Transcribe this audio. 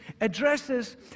addresses